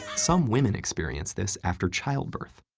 some women experience this after childbirth.